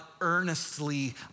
earnestly